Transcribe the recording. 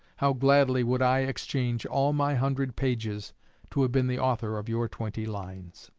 how gladly would i exchange all my hundred pages to have been the author of your twenty lines!